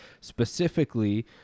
Specifically